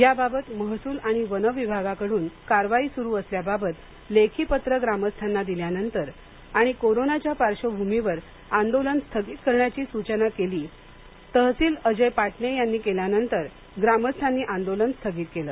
याबाबत महसूल आणि वन विभागाकडून कारवाई सुरू असल्याबाबत लेखी पत्र ग्रामस्थांना दिल्यानंतर आणि कोरोनाच्या पार्श्वभूमीवर आंदोलन स्थगित करण्याची सूचना केली तहसील अजय पाटणे यांनी केल्यानंतर ग्रामस्थांनी आंदोलन स्थगित केलं